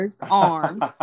arms